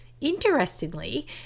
Interestingly